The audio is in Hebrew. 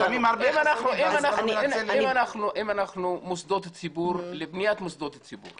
--- אם זה לבניית מוסדות ציבור,